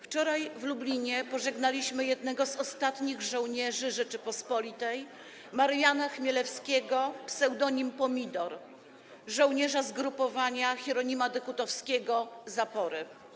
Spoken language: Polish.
Wczoraj w Lublinie pożegnaliśmy jednego z ostatnich żołnierzy Rzeczypospolitej - Mariana Chmielewskiego ps. Pomidor, żołnierza zgrupowania Hieronima Dekutowskiego „Zapory”